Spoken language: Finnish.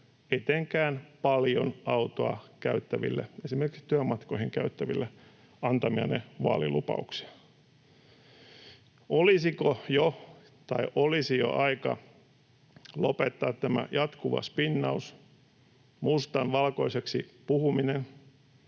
etenkään paljon autoa käyttäville, esimerkiksi työmatkoihin käyttäville, antamianne vaalilupauksia. Olisiko jo, tai olisi jo, aika lopettaa tämä jatkuva spinnaus, mustan valkoiseksi puhuminen,